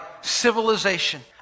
civilization